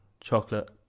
Chocolate